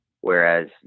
whereas